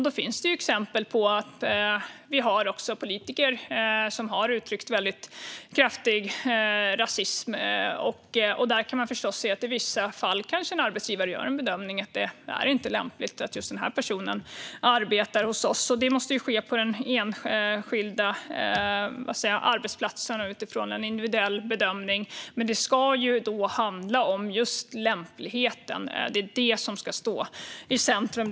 Det finns exempel på politiker som har uttryckt kraftig rasism, och där kan man förstås se att en arbetsgivare i vissa fall kanske gör bedömningen att det inte är lämpligt att just den personen arbetar hos dem. Det måste ske på den enskilda arbetsplatsen och utifrån en individuell bedömning - men det ska handla om just lämpligheten. Det är det som ska stå i centrum.